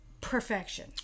perfection